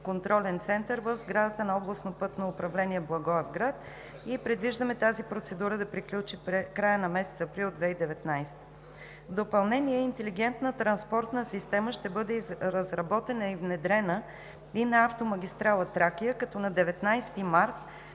контролен център в сградата на Областно пътно управление – Благоевград, и предвиждаме тази процедура да приключи в края на месец април 2019 г. В допълнение – интелигентна транспортна система ще бъде разработена и внедрена и на автомагистрала „Тракия“, като на 19 март